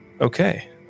Okay